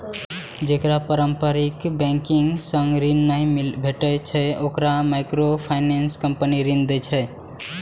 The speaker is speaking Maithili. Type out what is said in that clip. जेकरा पारंपरिक बैंकिंग सं ऋण नहि भेटै छै, ओकरा माइक्रोफाइनेंस कंपनी ऋण दै छै